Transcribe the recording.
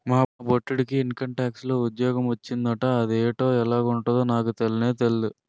మా బొట్టిడికి ఇంకంటాక్స్ లో ఉజ్జోగ మొచ్చిందట అదేటో ఎలగుంటదో నాకు తెల్నే తెల్దు